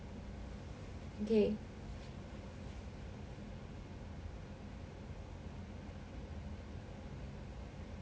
okay